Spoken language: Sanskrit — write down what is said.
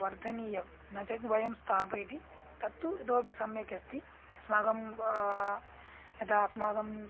वर्धनीयं न चेत् वयं स्थापयति तत्तु इतोऽपि सम्यक् अस्ति अस्माकं यदा अस्माकम्